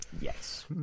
Yes